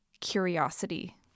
curiosity